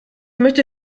möchte